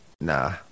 Nah